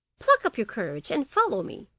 pluck up your courage and follow me